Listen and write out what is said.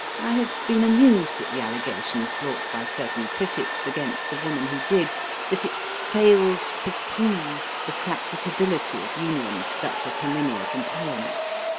i have been amused at the allegations brought by certain critics against the woman who did that it failed to prove the practicability of unions such as herminia's and alan's.